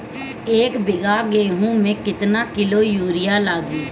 एक बीगहा गेहूं में केतना किलो युरिया लागी?